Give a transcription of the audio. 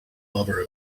lover